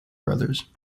brothers